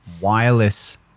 wireless